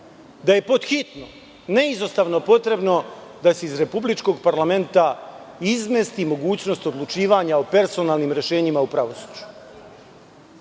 da je pothitno neizostavno potrebno da se iz republičkog parlamenta izmesti mogućnost odlučivanja o personalnim rešenjima u pravosuđu.